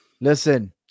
listen